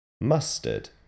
mustard